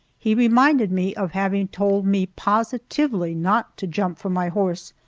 he reminded me of having told me positively not to jump from my horse,